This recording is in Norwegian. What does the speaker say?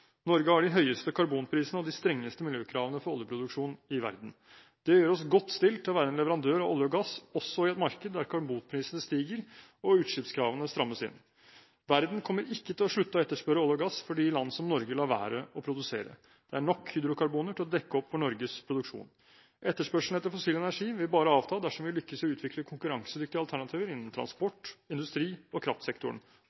Norge har de høyeste karbonprisene og de strengeste miljøkravene for oljeproduksjon i verden. Det gjør oss godt stilt til å være en leverandør av olje og gass også i et marked der karbonprisene stiger og utslippskravene strammes inn. Verden kommer ikke til å slutte å etterspørre olje og gass fordi land som Norge lar være å produsere. Det er nok hydrokarboner til å dekke opp for Norges produksjon. Etterspørselen etter fossil energi vil bare avta dersom vi lykkes i å utvikle konkurransedyktige alternativer innen